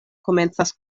komencas